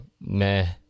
meh